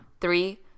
Three